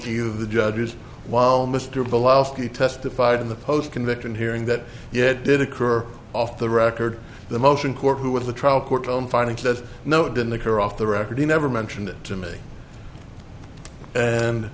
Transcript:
you the judges while mr polanski testified in the post conviction hearing that it did occur off the record the motion court who with the trial court on finding says no it didn't occur off the record he never mentioned it to me and